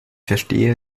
verstehe